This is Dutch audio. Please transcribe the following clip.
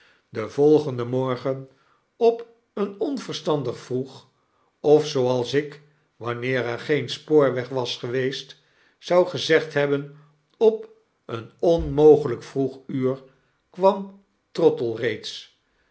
den volgenden morgen op een onverstandig vroeg of zooals ik wanneer er geen spoorweg was geweest zou gezegd hebben op een onmogelijk vroeg uur kwam